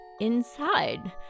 Inside